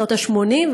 שנות ה-80,